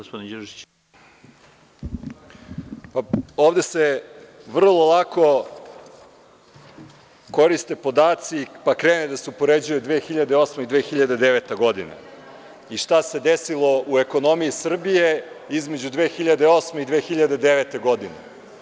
Ovde se vrlo lako koriste podaci pa krene da se upoređuje 2008. i 2009. godina i šta se desilo u ekonomiji Srbije između 2008. i 2009. godine.